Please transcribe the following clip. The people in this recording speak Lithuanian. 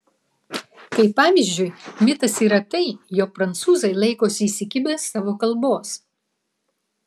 kaip pavyzdžiui mitas yra tai jog prancūzai laikosi įsikibę savo kalbos